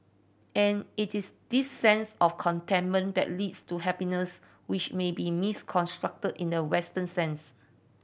and it is this sense of contentment that leads to happiness which may be misconstrued in the Western sense